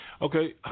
Okay